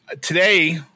Today